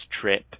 trip